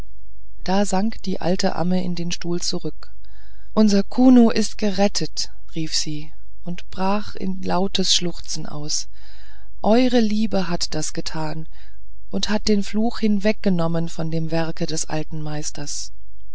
da sank die alte amme auf den stuhl zurück unser kuno ist gerettet rief sie und brach in lautes schluchzen aus eure liebe hat das getan und hat den fluch hinweggenommen von dem werke des alten meisters